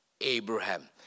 Abraham